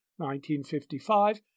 1955